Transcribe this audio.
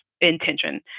intention